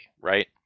right